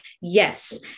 Yes